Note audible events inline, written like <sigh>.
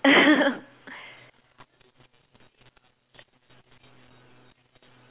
<laughs>